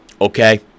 Okay